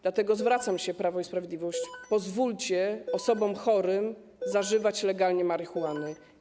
Dlatego zwracam się do Prawa i Sprawiedliwości: pozwólcie osobom chorym zażywać legalnie marihuanę.